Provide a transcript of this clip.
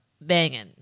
banging